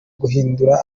guhindura